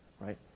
right